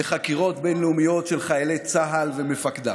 לחקירות בין-לאומיות של חיילי צה"ל ומפקדיו.